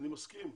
אני מסכים.